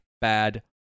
bad